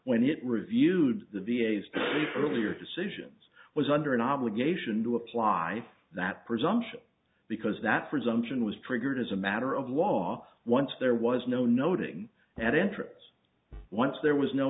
when it reviewed the v a s earlier decisions was under an obligation to apply that presumption because that presumption was triggered as a matter of law once there was no noting at entrance once there was no